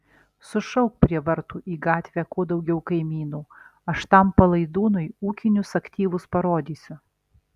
sušauk prie vartų į gatvę kuo daugiau kaimynų aš tam palaidūnui ūkinius aktyvus parodysiu